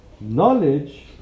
knowledge